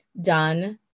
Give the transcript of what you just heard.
done